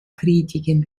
kritiken